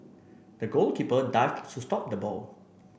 the goalkeeper dived to stop the ball